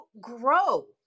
grow